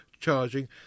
charging